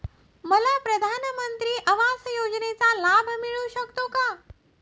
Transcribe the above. मला प्रधानमंत्री आवास योजनेचा लाभ मिळू शकतो का?